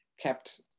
kept